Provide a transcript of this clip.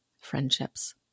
friendships